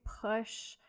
push